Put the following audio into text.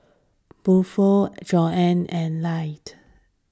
Buford Joanna and light